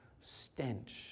stench